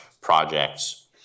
projects